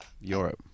europe